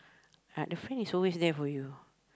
like the friend is always there for you